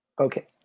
Okay